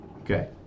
okay